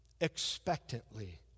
expectantly